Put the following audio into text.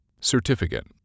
Certificate